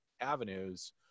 avenues